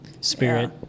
Spirit